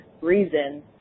reason